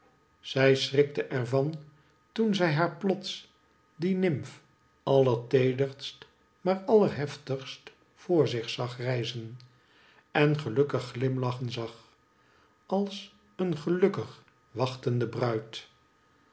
zij schrikte er van toen zij haar plots die nymf allerteederst maar allerheftigst voor zich zag rijzen en gelukkig glimlachen zag als een gelukkig wachtende bruid